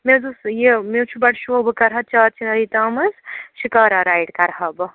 مےٚ حظ اوس یہِ مےٚ حظ چھُ بَڈٕ شوق بہٕ کَرٕہا چار چناری تام حظ شِکارا رایِڈ کَرٕہا بہٕ